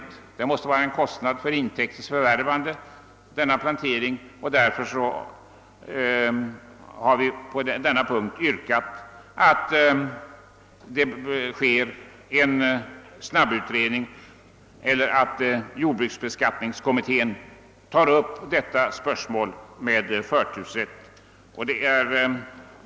Vi har menat att kostnaderna för denna plantering måste betraktas som en utgift för intäktens förvärvande, och vi har därför yrkat att jordbruksbeskattningskommittén tar upp spörsmålet med förtursrätt. Herr talman!